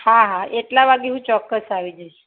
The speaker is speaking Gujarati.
હા હા એટલા વાગે હું ચોક્કસ આવી જઈશ